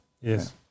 Yes